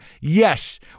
Yes